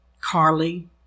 Carly